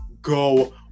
go